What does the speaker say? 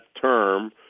term